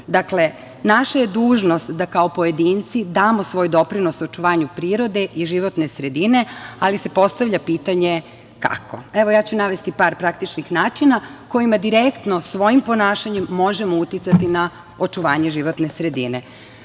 Dakle, naša je dužnost da kao pojedinci damo svoj doprinos očuvanju prirode i životne sredine, ali se postavlja pitanje kako. Evo, ja ću navesti par praktičnih načina kojima direktno svojim ponašanjem možemo uticati na očuvanje životne sredine.Za